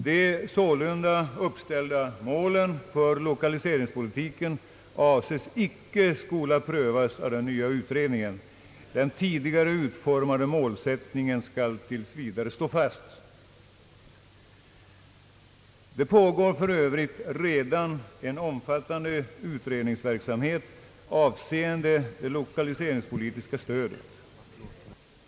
De sålunda uppställda målen för lokaliseringspolitiken avses icke skola prövas av den nya utredningen. Den tidigare utformade målsättningen skall tills vidare stå fast. Det pågår för övrigt redan en omfattande utredningsverksamhet avseende det lokaliseringspolitiska stödet.